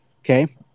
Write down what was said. Okay